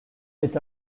est